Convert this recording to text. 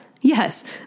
Yes